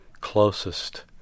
closest